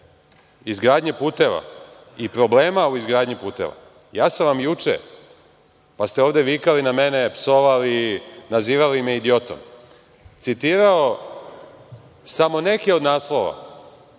izgradnje puteva i problema u izgradnji puteva, ja sam vam juče, pa ste ovde vikali na mene, psovali, nazivali me idiotom, citirao sam neke od naslova